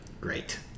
Great